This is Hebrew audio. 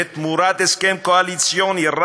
ותמורת הסכם קואליציוני,